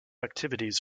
activities